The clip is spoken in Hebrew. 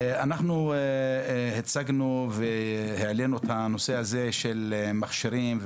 אנחנו הצגנו והעלינו את הנושא הזה של מכשירים,